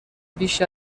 بیش